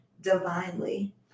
divinely